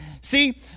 See